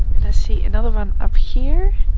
i see another one up here